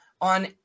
on